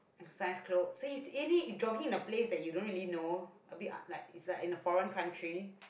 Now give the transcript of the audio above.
exercise clothes so you se~ jogging in a place that you don't really know a bit like is like in a foreign country